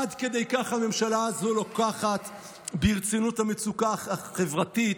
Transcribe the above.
עד כדי כך הממשלה הזו לוקחת ברצינות את המצוקה החברתית,